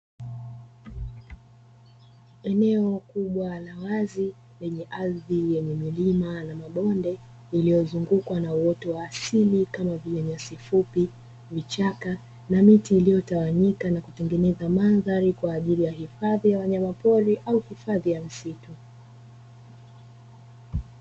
Eneo kubwa la wazi lenye ardhi yenye milima na mabonde yaliyozungukwa na uoto wa asili kama vile: nyasi fupi, vichaka na miti; iliyotawanyika na kutengeneza mandhari kwa ajili ya hifadhi ya wanyamapori au hifadhi ya msitu.